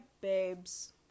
babes